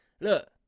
look